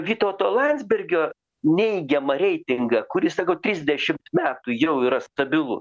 vytauto landsbergio neigiamą reitingą kuris sakau trisdešim metų jau yra stabilu